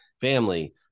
family